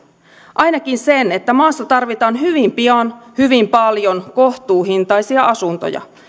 ainakin sen että maassa tarvitaan hyvin pian hyvin paljon kohtuuhintaisia asuntoja